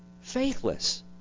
faithless